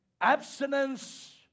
abstinence